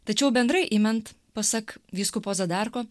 tačiau bendrai imant pasak vyskupo zadarko